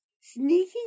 sneaking